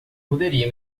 poderia